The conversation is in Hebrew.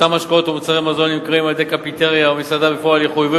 אותם משקאות או מוצרי מזון הנמכרים על-ידי קפיטריה או מסעדה בפועל יחויבו